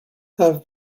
have